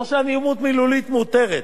לא שהאלימות המילולית מותרת,